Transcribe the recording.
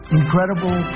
incredible